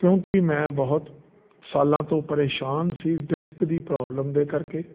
ਕਿਉਂਕਿ ਮੈਂ ਬਹੁਤ ਸਾਲਾਂ ਤੋਂ ਪਰੇਸ਼ਾਨ ਸੀ ਡਿਸਕ ਦੀ ਪ੍ਰੋਬਲਮ ਦੇ ਕਰਕੇ